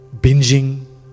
binging